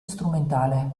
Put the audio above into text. strumentale